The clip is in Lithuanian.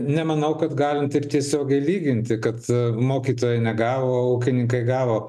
nemanau kad galim taip tiesiogiai lyginti kad mokytojai negavo o ūkininkai gavo